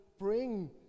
Bring